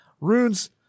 Runes